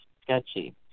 sketchy